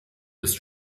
ist